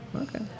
Okay